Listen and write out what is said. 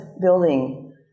building